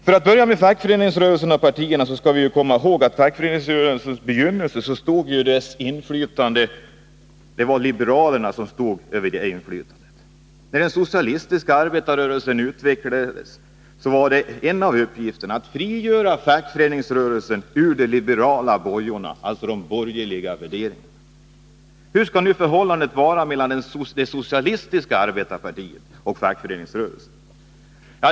För att börja med fackföreningsrörelsen och partierna skall vi komma ihåg att i fackföreningsrörelsens begynnelse var det liberalerna som stod för inflytandet. När den socialistiska arbetarrörelsen utvecklades var en av uppgifterna att frigöra fackföreningsrörelsen ur de liberala, dvs. de borgerliga, bojorna. Hur skall nu förhållandet vara mellan det socialistiska arbetarpartiet och fackföreningsrörelsen?